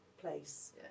place